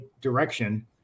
direction